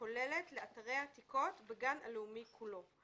" לא לאלה שבאו אחרי הגן הלאומי, זו